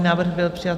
Návrh byl přijat.